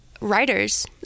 writers